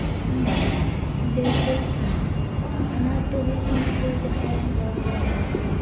ᱤᱧ ᱢᱮᱱᱫᱟ ᱡᱮᱭᱥᱮ ᱚᱱᱟᱛᱷ ᱚᱱᱟᱛᱷ ᱫᱚ ᱦᱩᱭᱩᱜ ᱠᱟᱱᱟ ᱠᱚ ᱡᱟᱦᱟᱸᱭ ᱨᱮᱱ ᱜᱚᱼᱵᱟᱵᱟ ᱵᱟᱹᱱᱩᱜ ᱠᱚᱣᱟ